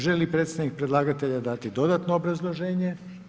Želi li predstavnik predlagatelja dati dodatno obrazloženje?